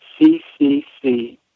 C-C-C